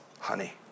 honey